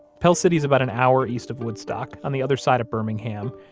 pell city's about an hour east of woodstock, on the other side of birmingham,